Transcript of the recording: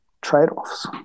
trade-offs